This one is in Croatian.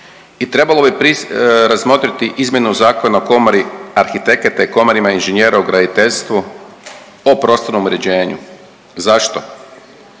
i trebalo bi razmotriti izmjenu Zakona o komori arhitekata i komorama inženjera u graditeljstvu o prostornom uređenju. Zašto?